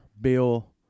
Bill